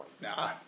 Nah